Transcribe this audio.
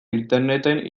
interneten